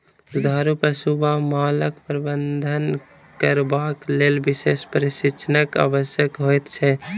दुधारू पशु वा मालक प्रबंधन करबाक लेल विशेष प्रशिक्षणक आवश्यकता होइत छै